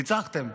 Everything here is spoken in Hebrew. ניצחתם.